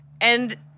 And-